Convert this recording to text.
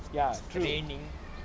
ya true